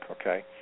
Okay